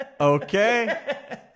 Okay